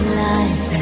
life